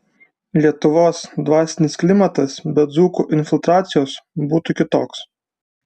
lietuvos dvasinis klimatas be dzūkų infiltracijos būtų kitoks